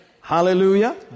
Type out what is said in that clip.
Hallelujah